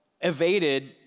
evaded